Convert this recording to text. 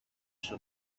στο